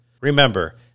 Remember